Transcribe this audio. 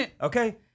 Okay